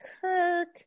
Kirk